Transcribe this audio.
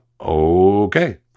Okay